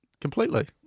completely